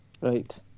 Right